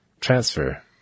transfer